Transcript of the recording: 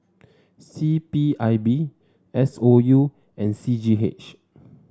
C P I B S O U and C G H